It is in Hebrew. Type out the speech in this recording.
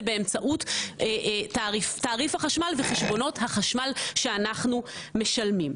באמצעות תעריף החשמל וחשבונות החשמל שאנחנו משלמים.